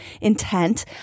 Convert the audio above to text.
intent